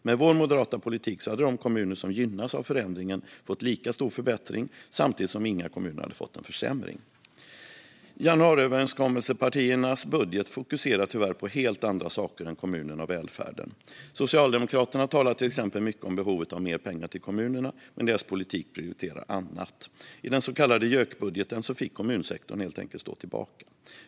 Med vår moderata politik hade de kommuner som gynnas av förändringen fått lika stor förbättring, samtidigt som inga kommuner hade fått någon försämring. Januariöverenskommelsepartiernas budget fokuserar tyvärr på helt andra saker än kommunerna och välfärden. Socialdemokraterna talar mycket om behovet av mer pengar till kommunerna, men deras politik prioriterar annat. I den så kallade JÖK-budgeten fick kommunsektorn helt enkelt stå tillbaka.